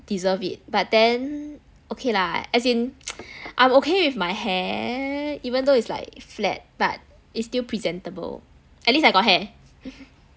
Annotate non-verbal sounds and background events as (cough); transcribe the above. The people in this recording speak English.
deserve it but then okay lah as in (noise) I'm okay with my hair even though it's like flat but it's still presentable at least I got hair